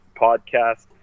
podcast